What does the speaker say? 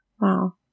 Wow